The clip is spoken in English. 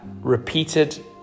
repeated